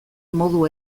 modu